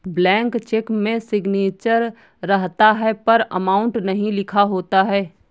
blank cheque में signature रहता है पर अमाउंट नहीं लिखा होता है